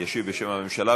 ישיב בשם הממשלה.